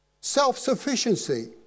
self-sufficiency